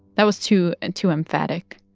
that was too and too emphatic,